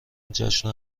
جشن